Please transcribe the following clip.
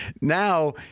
now